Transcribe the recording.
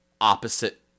opposite